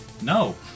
No